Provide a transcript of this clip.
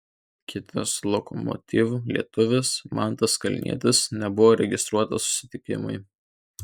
kitas lokomotiv lietuvis mantas kalnietis nebuvo registruotas susitikimui